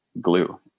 glue